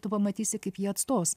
tu pamatysi kaip jie atstos